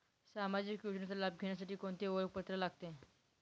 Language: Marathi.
सामाजिक योजनेचा लाभ घेण्यासाठी कोणते ओळखपत्र लागते?